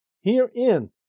Herein